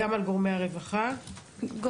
טוב.